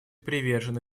привержены